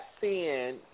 sin